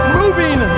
moving